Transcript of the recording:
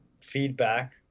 feedback